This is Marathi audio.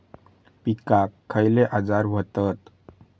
पिकांक खयले आजार व्हतत?